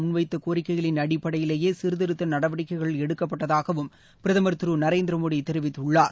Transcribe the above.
முன்வைத்த கோரிக்கைகளின் அடிப்படையிலேயே சீர்திருத்த நடவடிக்கைகள் எடுக்கப்பட்டதாகவும் பிரதமர் நரேந்திர மோடி தெரிவித்துள்ளார்